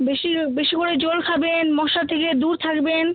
বেশি বেশি করে জল খাবেন মশা থেকে দূর থাকবেন